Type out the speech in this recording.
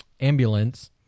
ambulance